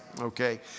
okay